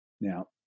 Now